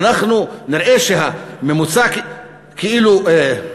אנחנו נראה שהממוצע כאילו,